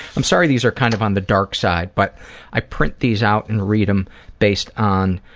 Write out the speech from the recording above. i'm sorry these are kind of on the dark side but i print these out and read them based on.